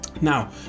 Now